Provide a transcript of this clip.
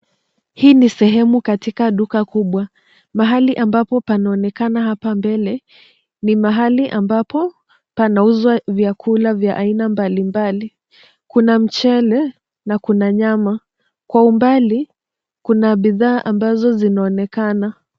Hii ni sehemu katika duka kubwa. Mahali ambapo panaonekana hapa mbele ni mahali ambapo panauzwa vyakula vya aina mbalimbali. Kuna mchele na kuna nyama. Kwa umbali kuna bidhaa ambazo zinaonekana.